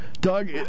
Doug